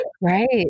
right